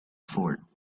fort